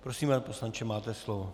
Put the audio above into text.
Prosím, pane poslanče, máte slovo.